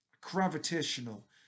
gravitational